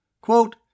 Quote